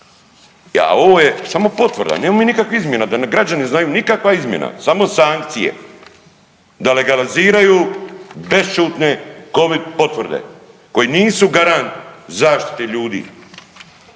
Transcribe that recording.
A ovo je samo potvrda, nemamo mi nikakvih izmjena, da građani znaju nikakva izmjena samo sankcije da legaliziraju bešćutne Covid potvrde koje nisu garant zaštite ljudi